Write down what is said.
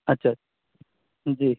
اچھا جی